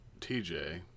TJ